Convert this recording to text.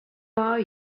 are